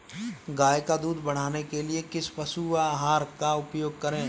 गाय का दूध बढ़ाने के लिए किस पशु आहार का उपयोग करें?